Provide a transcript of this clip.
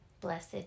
Blessed